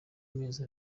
mezi